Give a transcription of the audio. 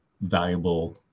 valuable